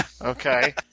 Okay